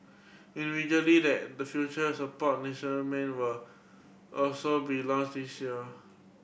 individually that the further support national men will also be launched this year